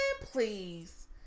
please